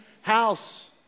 house